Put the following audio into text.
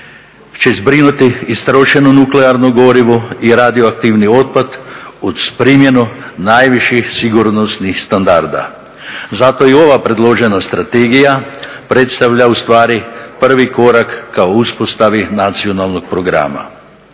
će zbrinuti istrošeno nuklearno gorivo i radioaktivni otpad uz primjenu najviših sigurnosnih standarda. Zato i ova predložena strategija predstavlja ustvari prvi korak k uspostavi nacionalnog programa.